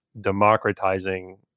democratizing